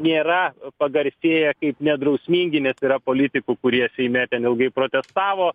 nėra pagarsėję kaip nedrausmingi nes yra politikų kurie seime ten ilgai protestavo